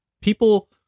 People